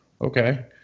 okay